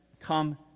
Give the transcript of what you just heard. come